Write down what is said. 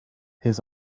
his